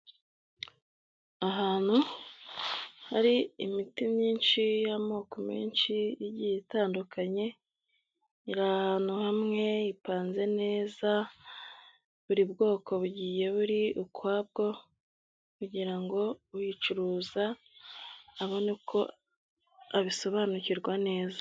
Ahantu hari imiti myinshi y'amoko menshi igiye itandukanye, iri ahantu hamwe ipanze neza, buri bwoko bugiye buri ukwabwo, kugira ngo uyicuruza abone uko abisobanukirwa neza.